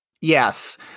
yes